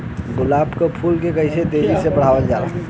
गुलाब क फूल के कइसे तेजी से बढ़ावल जा?